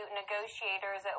negotiators